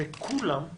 וכולם חתמו,